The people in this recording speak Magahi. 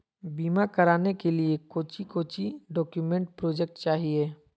बीमा कराने के लिए कोच्चि कोच्चि डॉक्यूमेंट प्रोजेक्ट चाहिए?